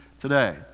today